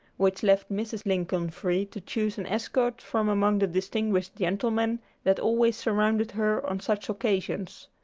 which left mrs. lincoln free to choose an escort from among the distinguished gentlemen that always surrounded her on such occasions.